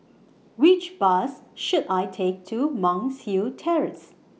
Which Bus should I Take to Monk's Hill Terrace